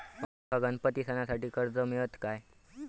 माका गणपती सणासाठी कर्ज मिळत काय?